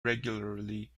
regularly